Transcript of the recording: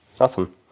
Awesome